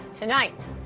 Tonight